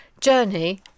journey